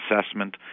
assessment